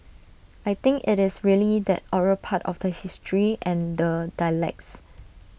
I think IT is really that oral part of the history and the dialects